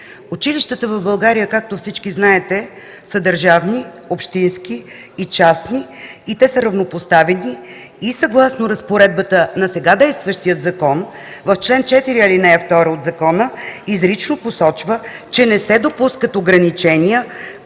Училищата в България, както всички знаете, са държавни, общински и частни и са равнопоставени. Съгласно разпоредбата на сега действащия закон – чл. 4, ал. 2 изрично посочва, че не се допускат ограничения